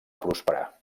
prosperar